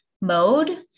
mode